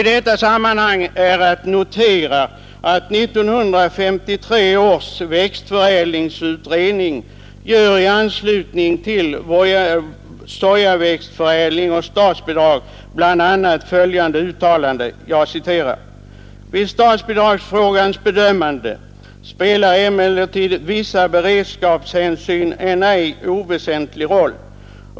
I detta sammanhang är att notera att 1953 års växtförädlingsutredning i anslutning till sojaväxtförädling och statsbidrag bl.a. gör följande uttalande: ”Vid statsbidragsfrågans bedömande spelar emellertid även vissa beredskapshänsyn en ej oväsentlig roll.